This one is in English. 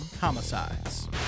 homicides